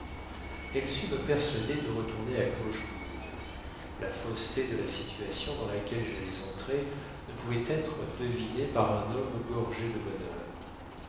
elle sut me persuader de retourner à clochegourde la fausseté de la situation dans laquelle j'allais entrer ne pouvait être devinée par un homme gorgé de bonheur